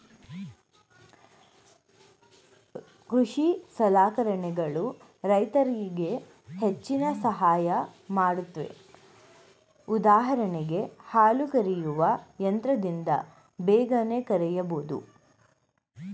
ಕೃಷಿ ಸಲಕರಣೆಗಳು ರೈತರಿಗೆ ಹೆಚ್ಚಿನ ಸಹಾಯ ಮಾಡುತ್ವೆ ಉದಾಹರಣೆಗೆ ಹಾಲು ಕರೆಯುವ ಯಂತ್ರದಿಂದ ಬೇಗನೆ ಕರೆಯಬೋದು